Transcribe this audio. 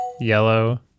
yellow